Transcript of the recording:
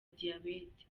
diyabete